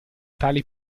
tale